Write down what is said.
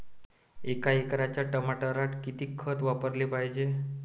एका एकराच्या टमाटरात किती खत वापराले पायजे?